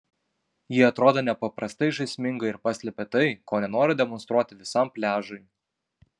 jie atrodo nepaprastai žaismingai ir paslepia tai ko nenori demonstruoti visam pliažui